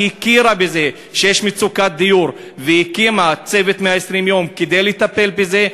שהכירה בזה שיש מצוקת דיור והקימה את "צוות 120 הימים" כדי לטפל בזה,